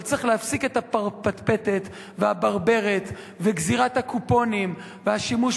אבל צריך להפסיק עם הפטפטת והברברת וגזירת הקופונים והשימוש